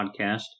podcast